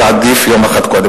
ועדיף יום אחד קודם.